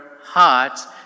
hearts